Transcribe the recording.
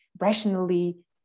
rationally